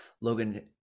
Logan